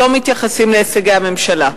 לא מתייחסים להישגי הממשלה.